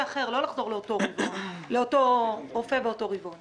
לכן אנחנו רוצים לאפשר שאותו מבוטח